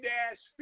Dash